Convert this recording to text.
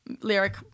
lyric